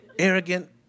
Arrogant